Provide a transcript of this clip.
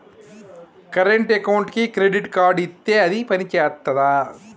Current అకౌంట్కి credit card ఇత్తే అది పని చేత్తదా?